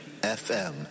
fm